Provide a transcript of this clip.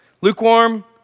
Lukewarm